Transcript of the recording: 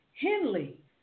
Henley